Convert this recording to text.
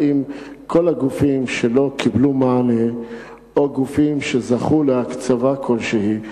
האם כל הגופים שלא קיבלו מענה או גופים שזכו להקצבה כלשהי,